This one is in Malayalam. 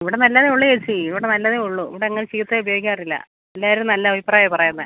ഇവിടെ നല്ലതെ ഉള്ളൂ ചേച്ചി ഇവിടെ നല്ലതെ ഉള്ളൂ ഇവിടങ്ങനെ ചീത്ത ഉപയോഗിക്കാറില്ല എല്ലാവരും നല്ല അഭിപ്രായം പറയുന്നത്